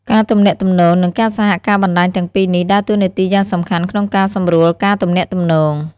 ការទំនាក់ទំនង និងការសហការបណ្តាញទាំងពីរនេះដើរតួនាទីយ៉ាងសំខាន់ក្នុងការសម្រួលការទំនាក់ទំនង។